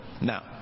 now